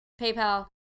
paypal